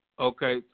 Okay